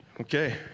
Okay